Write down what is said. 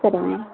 சரிங்க மேம்